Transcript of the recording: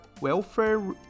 welfare